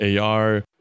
AR